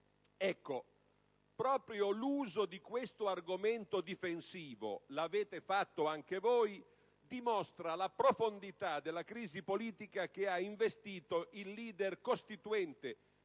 Senato? Proprio l'uso di questo argomento difensivo ("Lo avete fatto anche voi") dimostra la profondità della crisi politica che ha investito il leader costituente